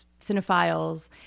cinephiles